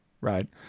right